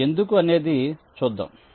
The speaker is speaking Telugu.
ఇప్పుడు ఎందుకు అనేది చూద్దాం